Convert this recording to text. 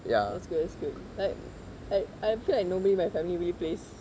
ya that's good it's good like I I feel like nobody in my family really plays